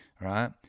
right